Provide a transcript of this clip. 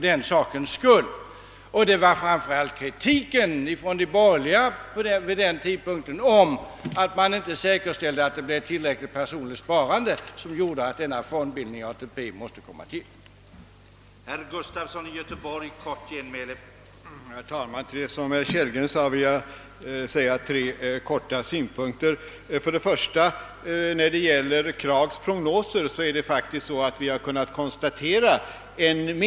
Det var framför allt kritiken från de borgerliga vid den tiden, mot att man inte säkerställde ett tillstörre sparande, inte för ett mindre spas räckligt stort personligt sparande som gjorde att denna fond bildades.